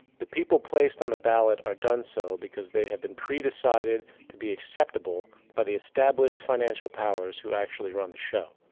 the people placed on the ballot are done so because they have been pre-decided to be acceptable by the established financial powers who actually run the show.